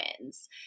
wins